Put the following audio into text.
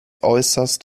äußerst